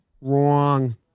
Wrong